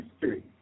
history